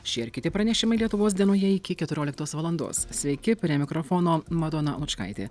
šie ir kiti pranešimai lietuvos dienoje iki keturioliktos valandos sveiki prie mikrofono madona lučkaitė